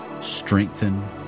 strengthen